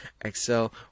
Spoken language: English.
excel